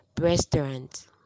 restaurant